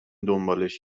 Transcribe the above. دنبالش